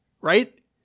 Right